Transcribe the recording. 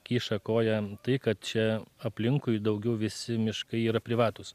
kiša koją tai kad čia aplinkui daugiau visi miškai yra privatūs